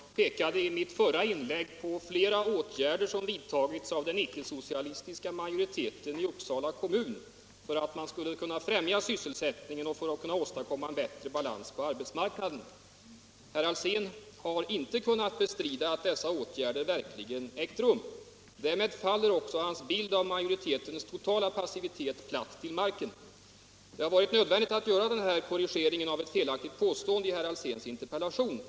Herr talman! Jag visade i mitt förra inlägg på flera åtgärder som vidtagits av den icke-socialistiska majoriteten i Uppsala kommun för att främja sysselsättningen och åstadkomma en bättre balans på arbetsmarknaden. Herr Alsén har inte kunnat bestrida att dessa åtgärder verkligen vidtagits. Därmed faller också hans påstående om majoritetens totala passivitet platt till marken. Det har varit nödvändigt att göra den här korrigeringen av ett felaktigt påstående i herr Alséns interpellation.